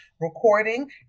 recording